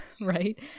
Right